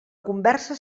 conversa